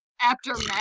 Aftermath